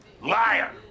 Liar